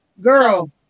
girl